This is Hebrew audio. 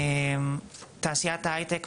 תעשיית ההייטק,